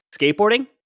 skateboarding